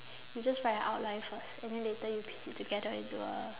you just write an outline first and then later you piece it together into a